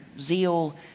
zeal